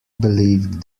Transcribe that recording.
believed